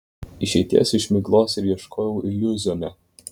išeities iš miglos ir ieškojau iliuzione